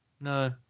No